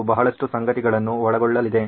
ಇದು ಬಹಳಷ್ಟು ಸಂಗತಿಗಳನ್ನು ಒಳಗೊಳ್ಳಲಿದೆ